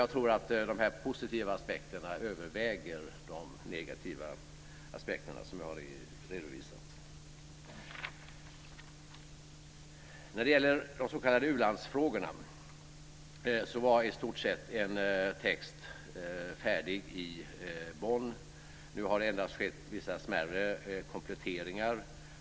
Jag tror att de positiva aspekterna överväger de negativa aspekterna som jag har redovisat. När det gäller de s.k. u-landsfrågorna var i stort sett en text färdig i Bonn. Nu har det endast skett vissa smärre kompletteringar.